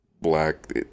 black